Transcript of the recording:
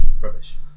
Rubbish